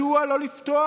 מדוע לא לפתוח